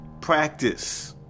Practice